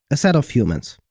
a set of humans.